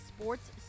Sports